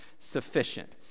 sufficient